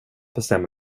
bestämma